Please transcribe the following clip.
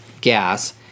gas